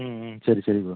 ம் ம் சரி சரி ப்ரோ